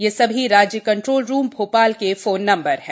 ये सभी राज्य कंट्रोल रूम ओपाल के फोन नम्बर है